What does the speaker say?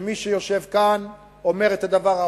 שמי שיושב כאן אומר את הדבר ההפוך,